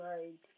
Right